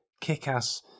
Kick-Ass